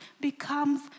becomes